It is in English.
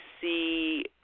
see